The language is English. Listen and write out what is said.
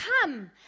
come